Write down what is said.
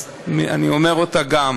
אז אני אומר גם את שמה.